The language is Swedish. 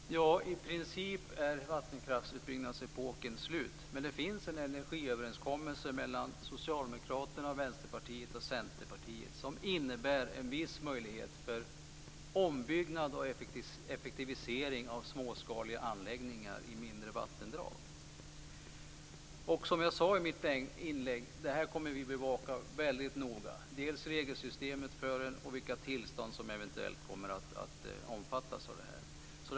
Fru talman! I princip är vattenkraftsutbyggnadsepoken slut, men det finns en energiöverenskommelse mellan Socialdemokraterna, Västerpartiet och Centerpartiet som innebär en viss möjlighet för ombyggnad och effektivisering av småskaliga anläggningar i mindre vattendrag. Som jag sade i mitt inlägg kommer vi att väldigt noga bevaka regelsystemet för detta och vilka tillstånd som eventuellt kommer att omfattas av detta.